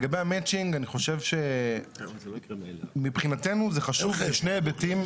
לגבי המצ'ינג אני חושב שמבחינתנו זה חשוב משני היבטים,